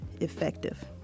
effective